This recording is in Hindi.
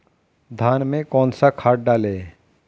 धान में कौन सा खाद डालें?